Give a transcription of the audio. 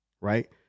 right